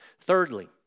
Thirdly